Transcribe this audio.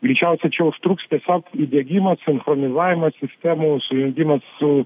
greičiausia čia užtruks tiesiog įdiegimas sinchronizvimas sistemų sujungimas su